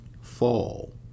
fall